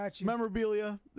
Memorabilia